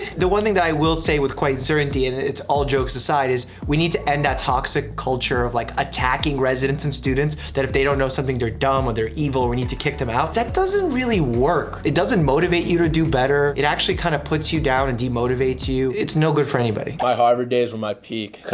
the one thing that i will say with quiet certainty, and it's all jokes aside, is we need to end that toxic culture of like attacking residents and students, that if they don't know something they're dumb or they're evil or we need to kick them out. that doesn't really work. it doesn't motivate you to do better. it actually kind of puts you down and demotivates you. it's no good for anybody. my harvard days were my peak.